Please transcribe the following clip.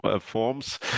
forms